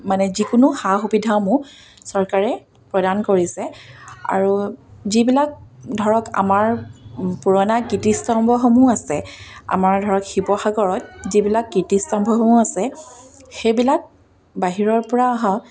মানে যিকোনো সা সুবিধাসমূহ চৰকাৰে প্ৰদান কৰিছে আৰু যিবিলাক ধৰক আমাৰ পুৰণা কীৰ্তিস্তম্ভসমূহ আছে আমাৰ ধৰক শিৱসাগৰত যিবিলাক কীৰ্তিস্তম্ভসমূহ আছে সেইবিলাক বাহিৰৰ পৰা অহা